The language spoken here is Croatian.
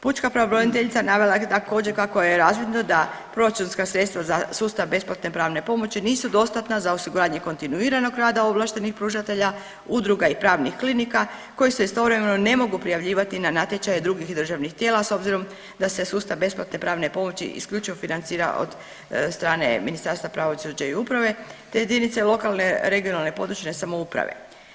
Pučka pravobraniteljica navela je također kako je razvidno da proračunska sredstva za sustav besplatne pravne pomoći nisu dostatna za osiguranje kontinuiranog rada ovlaštenih pružatelja, udruga i pravnih klinika koji se istovremeno ne mogu prijavljivati na natječaje drugih državnih tijela s obzirom da se sustav besplatne pravne pomoći isključivo financira od strane Ministarstva pravosuđa i uprave te jedinice lokalne, regionalne i područne samouprave.